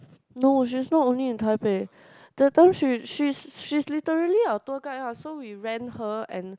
no she's not only in Taipei that time she she's she's literally our tour guide ah so we rent her and